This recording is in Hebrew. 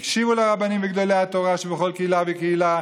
הם הקשיבו לרבנים ולגדולי התורה שבכל קהילה וקהילה,